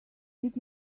did